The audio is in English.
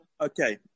Okay